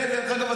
ודרך אגב,